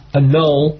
annul